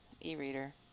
e-reader